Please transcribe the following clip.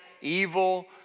evil